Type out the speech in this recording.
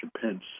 Pence